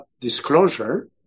disclosure